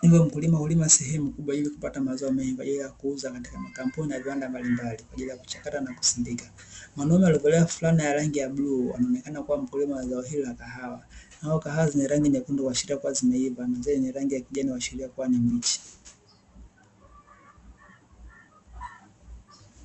hivyo mkulima hulima sehemu kubwa kwa ajili ya kupata mazao mengi kwa ajili ya kuuza katika makampuni na viwanda mbalimbali kwa ajili ya kuchakata na kusindika. Mwanaume aliyevalia fulana ya rangi ya bluu anaonekana kuwa mkulima wa zao hili la kahawa, kahawa zenye rangi nyekundu huashiria kuwa zimeiva na zile zenye rangi ya kijani huashiria kuwa ni mbichi.